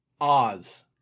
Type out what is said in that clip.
Oz